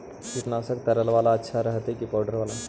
कीटनाशक तरल बाला अच्छा रहतै कि पाउडर बाला?